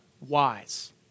wise